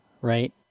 right